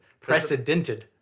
Precedented